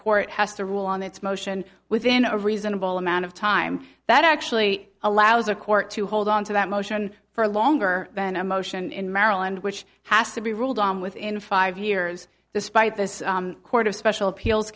court has to rule on its motion within a reasonable amount of time that actually allows a court to hold on to that motion for longer than a motion in maryland which has to be ruled on within five years despite this court of special appeals